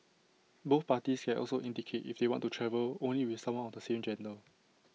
both parties can also indicate if they want to travel only with someone of the same gender